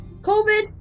COVID